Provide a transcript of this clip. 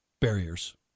barriers